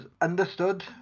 understood